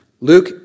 luke